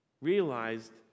realized